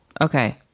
okay